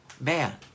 man